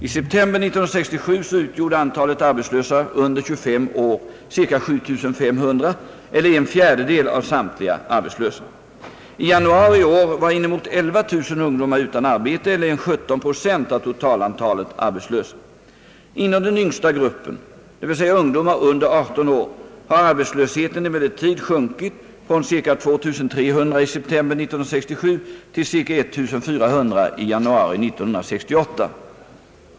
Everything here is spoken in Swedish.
I september 1967 utgjorde antalet arbetslösa under 25 år ca 7500 eller 1/4 av samtliga arbetslösa. I januari i år var inemot 11000 ungdomar utan arbete eller 17 7 av totalantalet arbetslösa. Inom den yngsta gruppen, dvs. ungdomar under 18 år, har arbetslösheten emellertid sjunkit från ca 2300 i september 1967 till ca 1400 i januari 1968.